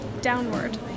downward